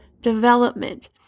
development